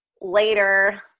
later